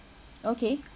okay